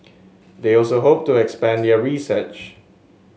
they also hope to expand their research